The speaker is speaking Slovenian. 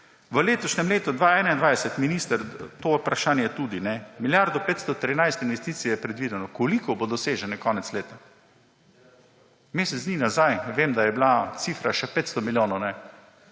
V letošnjem letu 2021, minister, to je tudi vprašanje, milijardo 513 investicij je predvideno. Koliko bo dosežene konec leta? Mesec dni nazaj, vem, da je bila cifra še 500 milijonov